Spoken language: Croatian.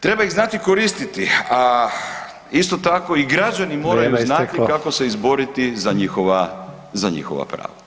Treba ih znati koristiti, a isto tako i građani moraju znati kako se izboriti za njihova prava.